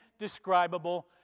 indescribable